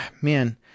Man